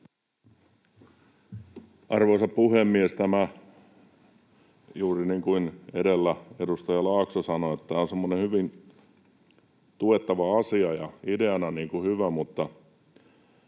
Arvoisa puhemies! Tämä on, juuri niin kuin edellä edustaja Laakso sanoi, semmoinen hyvin tuettava asia ja ideana hyvä.